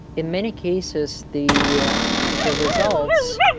in many cases, the ah the results,